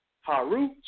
Haru